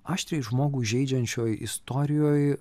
aštriai žmogų žeidžiančioj istorijoj